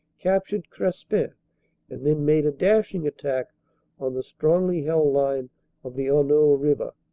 captured crespin and then made a dash ing attack on the strongly held line of the honneau river,